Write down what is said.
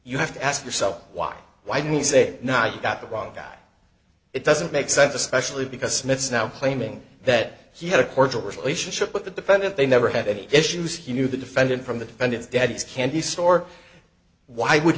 you have to ask yourself why why did he say not you got the wrong guy it doesn't make sense especially because smith is now claiming that he had a cordial relationship with the defendant they never had any issues he knew the defendant from the defendant's dad's candy store why would